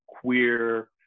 queer